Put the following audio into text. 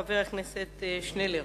חבר הכנסת עתניאל שנלר,